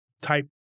type